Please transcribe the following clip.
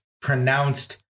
pronounced